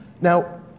Now